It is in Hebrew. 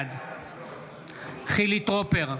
בעד חילי טרופר,